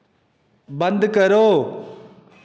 बंद करो